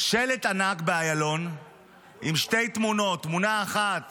ענק באיילון עם שתי תמונות: תמונה אחת